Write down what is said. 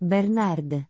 Bernard